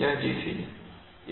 यह Gc है